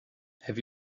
have